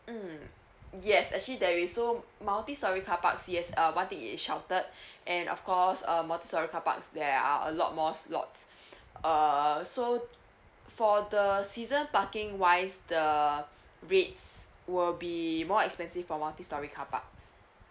mm yes actually there is so multistorey carparks yes uh one thing it is sheltered and of course uh multistorey carparks there are a lot more lots err so for the season parking wise the rates will be more expensive for multistorey carparks